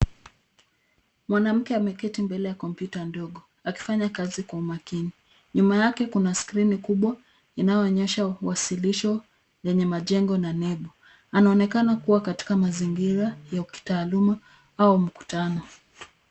Mwanamke ameketi mbele ya kompyuta ndogo akifanya kazi kwa umakini. Nyuma yake kuna skrini kubwa inayoonyesha uwasilisho wenye majengo na nembo. Anaonekana kuwa katika mazingira ya kitaaluma au mkutano.